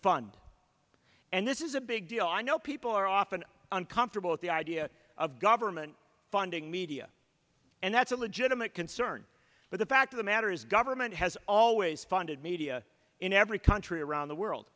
fund and this is a big deal i know people are often uncomfortable with the idea of government funding media and that's a legitimate concern but the fact of the matter is government has always funded media in every country around the world